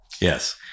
Yes